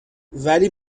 ولی